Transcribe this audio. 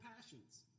passions